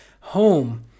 home